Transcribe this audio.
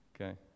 okay